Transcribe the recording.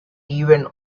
even